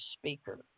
speaker